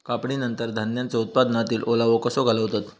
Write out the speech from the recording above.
कापणीनंतर धान्यांचो उत्पादनातील ओलावो कसो घालवतत?